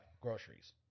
groceries